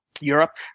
Europe